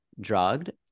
drugged